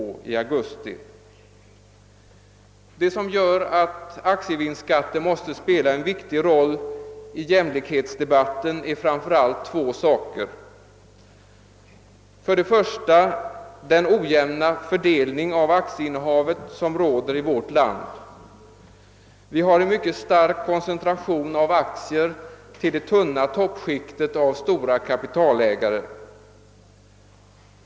Det som gör att aktievinstskatten måste spela en viktig roll i jämlikhetsdebatten är framför allt två omständigheter. För det första är fördelningen av aktieinnehavet i vårt land mycket ojämn. Vi har en mycket stark koncentration av aktier till det tunna toppskiktet av stora kapitalägare.